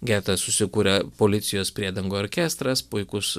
gete susikuria policijos priedangoj orkestras puikūs